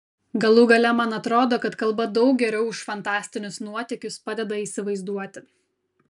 galų gale man atrodo kad kalba daug geriau už fantastinius nuotykius padeda įsivaizduoti